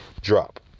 drop